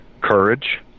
courage